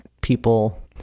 people